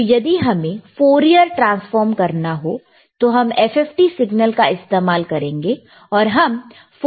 तो यदि हमें फोरियर ट्रांसफॉर्म करना हो तो हम FFT सिग्नल का इस्तेमाल करेंगे और हम फोरियर ट्रांसफॉर्म कर सकते हैं